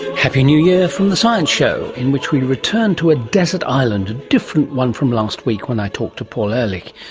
happy new year from the science show in which we return to a desert island, a different one from last week when i talked to paul ehrlich.